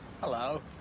Hello